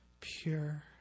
pure